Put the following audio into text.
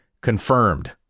confirmed